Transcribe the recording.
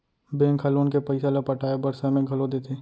bank ह loan के पइसा ल पटाए बर समे घलो देथे